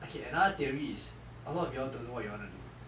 okay another theory is a lot of you all don't know what you all want to do